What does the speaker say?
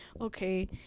okay